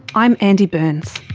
i'm andy burns.